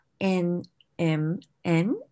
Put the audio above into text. NMN